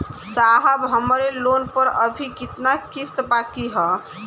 साहब हमरे लोन पर अभी कितना किस्त बाकी ह?